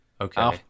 Okay